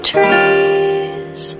Trees